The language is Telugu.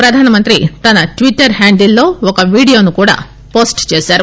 ప్రధానమంత్రి తన ట్వీట్టర్ హ్యాండిల్ లో ఒక విడియోను కూడా పోస్ట్ చేశారు